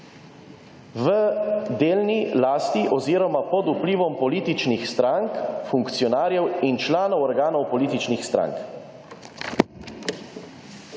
V delni lasti oziroma pod vplivom političnih strank, funkcionarjev in članov organov političnih strank.